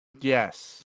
Yes